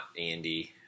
Andy